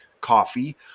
coffee